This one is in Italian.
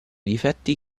difetti